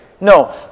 No